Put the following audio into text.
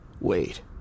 wait